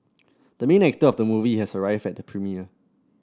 the main actor of the movie has arrived at the premiere